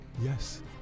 yes